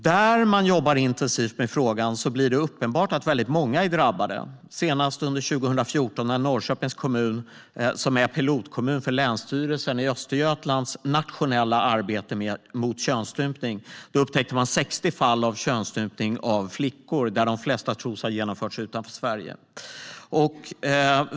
Där man jobbar intensivt med frågan blir det uppenbart att väldigt många är drabbade, senast 2014 när Norrköpings kommun, som är pilotkommun för länsstyrelsen i Östergötlands nationella arbete mot könsstympning, upptäckte 60 fall av könsstympning av flickor, där de flesta tros ha genomförts utanför Sverige.